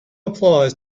applies